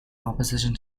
opposition